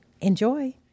Enjoy